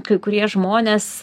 kai kurie žmonės